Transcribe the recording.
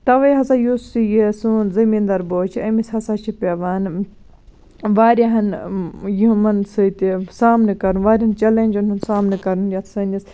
توے ہَسا یُس یہِ سون زٔمین دار بوے چھُ أمِس ہَسا چھِ پیٚوان واریاہن یِمن سۭتۍ سامنہٕ کرُن واریاہ چیلینجن ہُنٛد سامنہٕ کرُن یَتھ سٲنِس